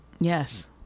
Yes